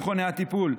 למכוני הטיפול.